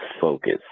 focus